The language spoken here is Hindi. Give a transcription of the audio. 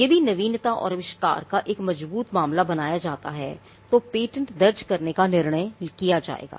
यदि नवीनता और आविष्कार का एक मजबूत मामला बनाया जाता है तो पेटेंट दर्ज करने का निर्णय किया जाएगा